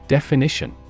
Definition